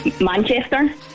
Manchester